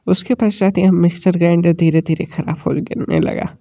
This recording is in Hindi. उसके पश्चात यह मिक्सर ग्राइंडर धीरे धीरे खराब होने लगा